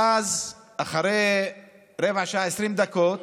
ואז, אחרי רבע שעה, 20 דקות,